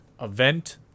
event